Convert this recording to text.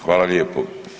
Hvala lijepo.